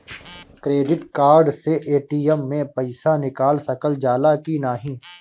Credit card से ATM से पइसा निकाल सकल जाला की नाहीं?